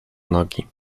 nogi